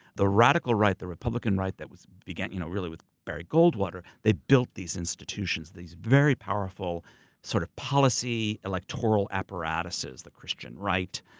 the radical right, the republican right that began you know really with barry goldwater, they built these institutions, these very powerful sort of policy electoral apparatuses. the christian right,